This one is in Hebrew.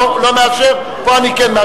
לא מאפשר, פה אני כן.